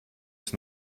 ist